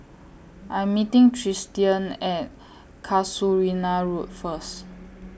I'm meeting Tristian At Casuarina Road First